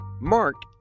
Mark